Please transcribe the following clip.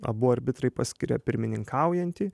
abu arbitrai paskyria pirmininkaujantį